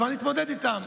בוא נתמודד איתן.